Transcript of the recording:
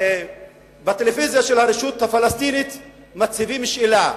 שבטלוויזיה של הרשות הפלסטינית מציבים שאלה,